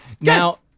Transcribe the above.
Now